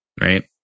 right